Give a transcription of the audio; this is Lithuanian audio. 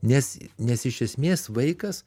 nes nes iš esmės vaikas